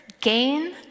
gain